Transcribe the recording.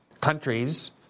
countries